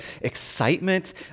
excitement